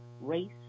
Race